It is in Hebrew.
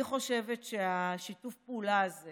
אני חושבת ששיתוף הפעולה הזה